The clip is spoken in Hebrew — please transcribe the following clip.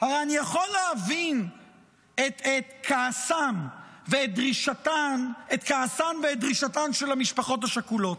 הרי אני יכול להבין את כעסם ואת דרישתם של במשפחות השכולות.